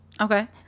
okay